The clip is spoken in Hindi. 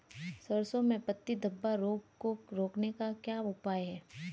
सरसों में पत्ती धब्बा रोग को रोकने का क्या उपाय है?